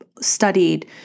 studied